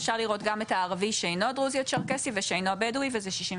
אפשר גם לראות את הערבי שאינו בדואי או דרוזי או צ׳רקסי